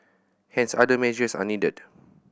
hence other measures are needed